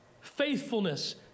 faithfulness